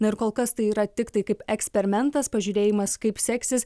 na ir kol kas tai yra tiktai kaip eksperimentas pažiūrėjimas kaip seksis